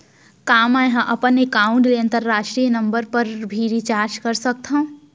का मै ह अपन एकाउंट ले अंतरराष्ट्रीय नंबर पर भी रिचार्ज कर सकथो